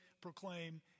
proclaim